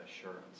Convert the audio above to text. assurance